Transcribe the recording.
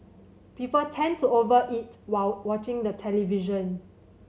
people tend to over eat while watching the television